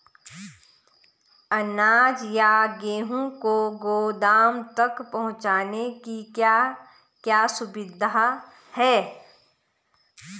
अनाज या गेहूँ को गोदाम तक पहुंचाने की क्या क्या सुविधा है?